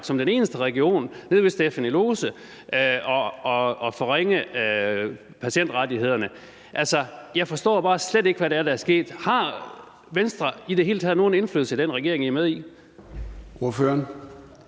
som den eneste region at forringe patientrettighederne. Altså, jeg forstår bare slet ikke, hvad det er, der er sket. Har Venstre i det hele taget nogen indflydelse i den regering, I er med i?